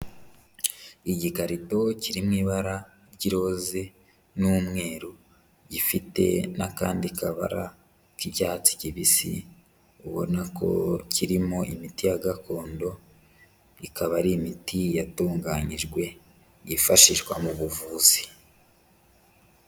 Igikarito kiri mu ibara ry'iroze n'umweru gifite n'akandi kabara k'icyatsi kibisi ubona ko kirimo imiti ya gakondo, ikaba ari imiti yatunganijwe yifashishwa mu buvuzi.